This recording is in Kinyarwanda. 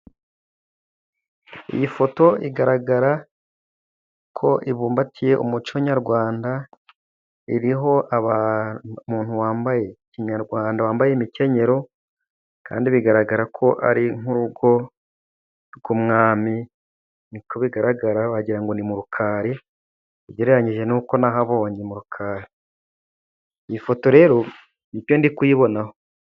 Iyi foto igaragara ko ibumbatiye umuco nyarwanda, iriho umuntu wambaye kinyarwanda, wambaye imikenyero, kandi bigaragara ko ari nk'urugo rw'umwami niko bigaragara. Wagira ngo ni murukari ugereranyije n'uko nahabonye, iyi foto rero nicyo ndikuyibonaho.